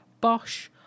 Bosch